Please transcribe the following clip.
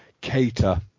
cater